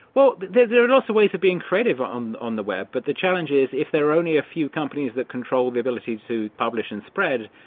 but there there are lots of ways of being creative on on the web, but the challenge is if there are only a few companies that control the ability to publish and spread,